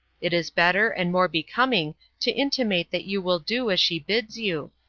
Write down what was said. it is better and more becoming to intimate that you will do as she bids you,